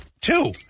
two